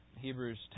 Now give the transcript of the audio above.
Hebrews